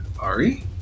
Ari